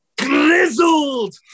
grizzled